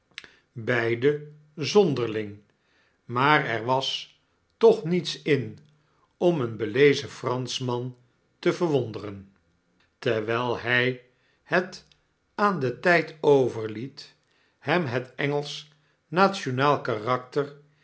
zonderling maar er was toch niets in om een belezen franschman te verwonderen terwijl hij het aan den tijd overliet hem het engelsch nationaal karakter